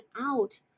out